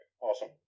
Awesome